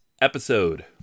episode